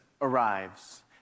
arrives